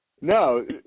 No